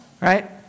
right